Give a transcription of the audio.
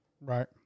Right